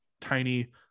tiny